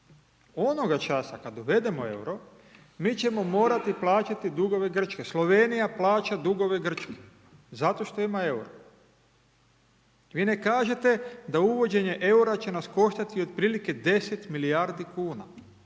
onoga časa kad uvedemo EUR-o mi ćemo morati plaćati dugove Grčke. Slovenija plaća dugove Grčke, zato što ima EURO-o. Vi ne kažete da uvođenje EUR-a će nas koštati 10 milijardi kuna,